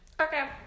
Okay